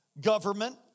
government